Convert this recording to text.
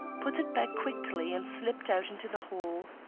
put it back quickly and slipped out into the hall.